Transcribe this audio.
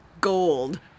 gold